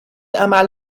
عمل